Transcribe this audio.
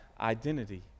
identity